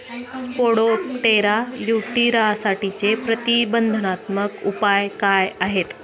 Spodoptera लिट्युरासाठीचे प्रतिबंधात्मक उपाय काय आहेत?